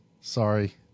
sorry